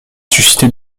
suscité